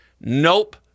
Nope